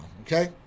okay